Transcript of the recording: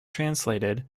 translated